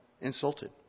insulted